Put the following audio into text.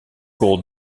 cours